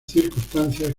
circunstancias